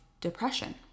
depression